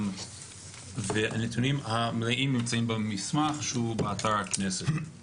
הנתונים המלאים נמצאים במסמך באתר הכנסת.